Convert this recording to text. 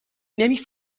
نمی